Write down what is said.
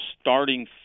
starting